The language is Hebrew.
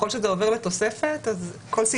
הסתייגות מצביעים.